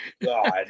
God